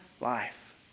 life